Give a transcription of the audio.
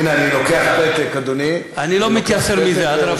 הנה אני לוקח פתק, אדוני, ורושם.